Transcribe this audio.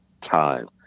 time